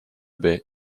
baie